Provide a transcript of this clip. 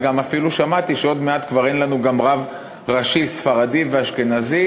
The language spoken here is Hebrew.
וגם אפילו שמעתי שעוד מעט כבר אין לנו גם רב ראשי ספרדי וגם רב אשכנזי,